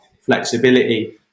flexibility